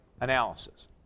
analysis